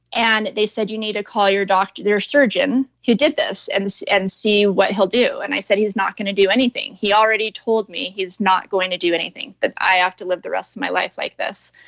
and they said, you need to call your doctor. your surgeon who did this and this and see what he'll do. and i said, he's not going to do anything. he already told me he's not going to do anything, that i have to live the rest of my life like this.